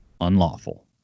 unlawful